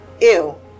ew